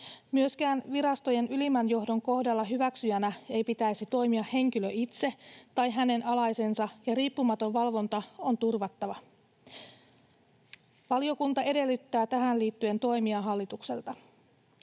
Myöskään virastojen ylimmän johdon kohdalla hyväksyjänä ei pitäisi toimia henkilön itse tai hänen alaisensa, ja riippumaton valvonta on turvattava. Valiokunta edellyttää tähän liittyen toimia hallitukselta.